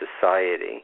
society